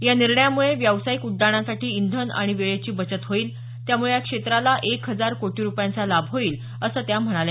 या निर्णयामुळे व्यावसायिक उड्डाणांसाठी इंधन आणि वेळेची बचत होईल त्यामुळे या क्षेत्राला एक हजार कोटी रुपयांचा लाभ होईल असं त्या म्हणाल्या